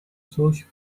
coś